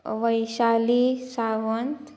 Vaishali Sawant